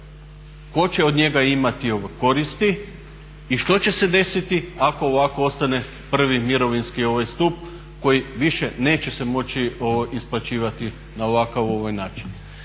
tko će od njega imati korist i što će se desiti ako ovako ostane prvi mirovinski stup koji više neće se moći isplaćivati na ovakav način.